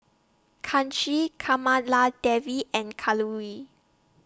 Kanshi Kamaladevi and Kalluri